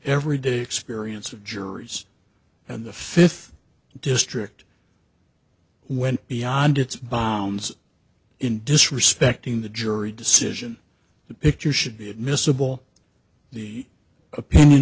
everyday experience of juries and the fifth district went beyond its bounds in disrespecting the jury decision the picture should be admissible the opinion